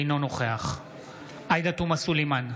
אינו נוכח עאידה תומא סלימאן,